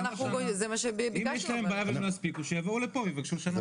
אם תהיה להם בעיה להספיק שיבואו לפה ויבקשו הארכה.